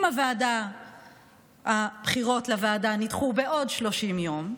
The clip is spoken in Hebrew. אם הבחירות לוועדה נדחו בעוד 30 יום,